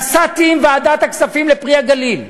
נסעתי עם ועדת הכספים ל"פרי הגליל",